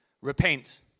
Repent